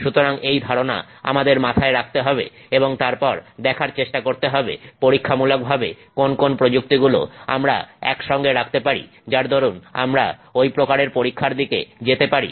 সুতরাং এই ধারণা আমাদের মাথায় রাখতে হবে এবং তারপর দেখার চেষ্টা করতে হবে পরীক্ষামূলক ভাবে কোন কোন প্রযুক্তিগুলো আমরা একসঙ্গে রাখতে পারি যার দরুন আমরা ওই প্রকারের পরীক্ষার দিকে যেতে পারি